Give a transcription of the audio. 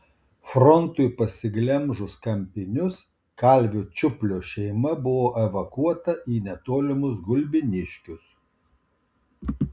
frontui pasiglemžus kampinius kalvio čiuplio šeima buvo evakuota į netolimus gulbiniškius